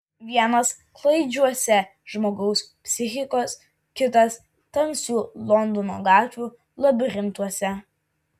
vienas klaidžiuose žmogaus psichikos kitas tamsių londono gatvių labirintuose